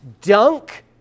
dunk